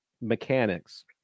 mechanics